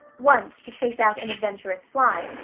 once to chase out an adventurous fly,